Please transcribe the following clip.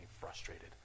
frustrated